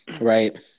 Right